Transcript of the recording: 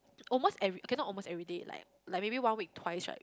almost every okay not almost everyday like like maybe one week twice right